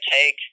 take